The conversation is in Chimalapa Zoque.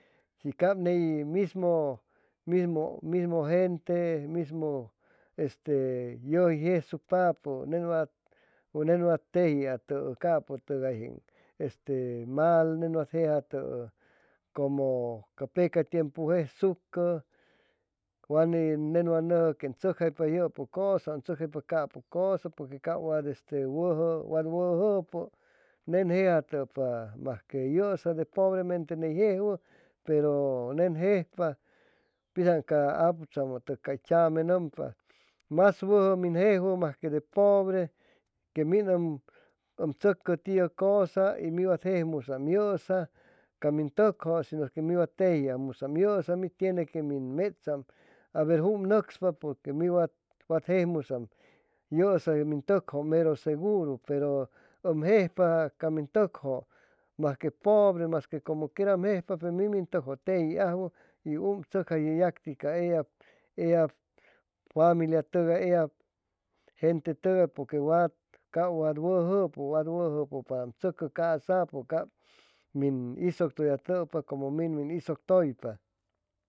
Shi cap ney mismo gente mismo este yʉji jesuscpapʉ nen wa tejiatʉʉ capʉtʉayjeen este mal nen wa jejatʉʉ como ca peca tiempu jejsucʉ wan ne nen wa nʉjʉ quen tzʉcjaipa yʉpʉ cosa ʉn tzʉcjaipa capʉ cosa poque cap wad wad wʉjʉpʉ nen jejatʉpa masque yʉʉsa de pobremente ni jejwʉ pero nen jejpa pitzaŋ ca aputzamʉtʉg cay tzame nʉmpa mas wʉjʉ min jejwʉ masque de pobre que min ʉm ʉm tzʉcʉ tiʉ cosa y mi wam jejmusaam yʉʉsa ca min tʉkjʉ shinʉ que mi wa tejiajmusaam yúʉsa mi tiene que min mechaam aver jum nʉcspa porque mi wat jejmusaam yʉʉsa te min tʉkjʉ meru seguru pero ʉm jejpa ca min tʉkjʉ majque pobre masque como quera ʉm jejpa pe mi min tʉkjʉ tejiajwʉ y um tzʉcjayʉ yacti ca eyap eyap familia tʉgay eyap gente tʉgay porque wat cap wat wʉjʉpʉ wat wʉjʉpʉ para ʉm tzʉcʉ casapʉ cap min sʉgtʉyapʉpa como min min isʉgtʉypa